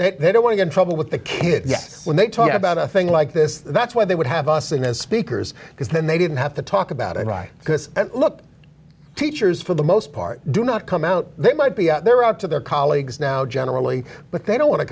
interrupt they don't want you in trouble with the kids when they talk about a thing like this that's why they would have us in the speakers because then they didn't have to talk about it right because look teachers for the most part do not come out they might be out there up to their colleagues now generally but they don't want to